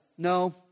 No